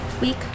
week